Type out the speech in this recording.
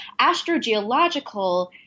astrogeological